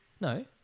No